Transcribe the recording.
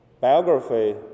biography